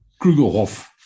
Krugerhof